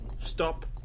stop